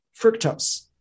fructose